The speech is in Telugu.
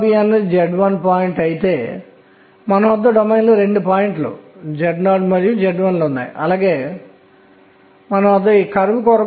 దీనిలో వారు వెండి పరమాణువులను వాటి బీమ్ పుంజాన్ని తీసుకున్నారు మరియు వారు దానిని ఒక ఇన్ హోమోజీనియస్ విజాతీయమైన B ఇన్ హోమోజీనియస్ అయస్కాంత క్షేత్రం గుండా పంపారు